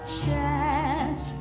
chance